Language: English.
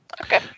Okay